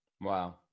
Wow